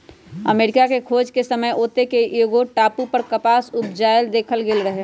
अमरिका के खोज के समय ओत्ते के एगो टापू पर कपास उपजायल देखल गेल रहै